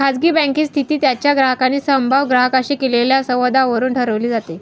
खाजगी बँकेची स्थिती त्यांच्या ग्राहकांनी संभाव्य ग्राहकांशी केलेल्या संवादावरून ठरवली जाते